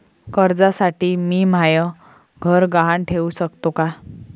कर्जसाठी मी म्हाय घर गहान ठेवू सकतो का